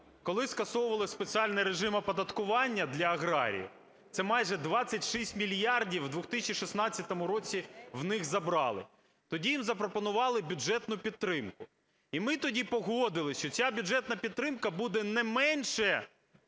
Коли скасовували спеціальний режим оподаткування для аграріїв, це майже 26 мільярдів в 2016 році, в них забрали, тоді їм запропонували бюджетну підтримку. І ми тоді погодилися, що ця бюджетна підтримка буде не менше